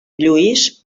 lluís